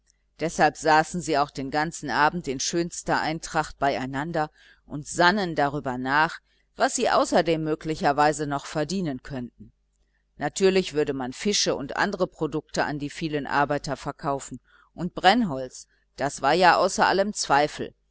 deshalb saßen sie auch den ganzen abend in schönster eintracht beieinander und sannen darüber nach was sie außerdem möglicherweise noch verdienen könnten natürlich würde man fische und andre produkte an die vielen arbeiter verkaufen und brennholz das war ja außer allem zweifel